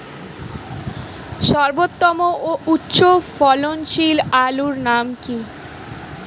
সর্বোত্তম ও উচ্চ ফলনশীল আলুর নাম কি?